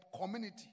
community